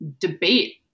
debate